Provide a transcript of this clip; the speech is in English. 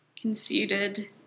conceited